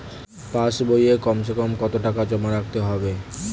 পাশ বইয়ে কমসেকম কত টাকা জমা রাখতে হবে?